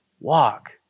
walk